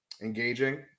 engaging